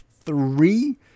three